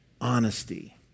honesty